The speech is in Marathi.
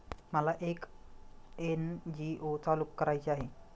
मला एक एन.जी.ओ चालू करायची आहे